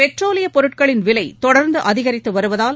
பெட்ரோலியப் பொருட்களின் விலை தொடர்ந்து அதிகரித்து வருவதால்